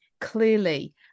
clearly